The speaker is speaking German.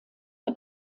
der